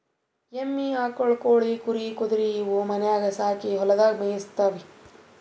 ಎಮ್ಮಿ ಆಕುಳ್ ಕೋಳಿ ಕುರಿ ಕುದರಿ ನಾವು ಮನ್ಯಾಗ್ ಸಾಕಿ ಹೊಲದಾಗ್ ಮೇಯಿಸತ್ತೀವಿ